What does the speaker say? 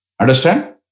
Understand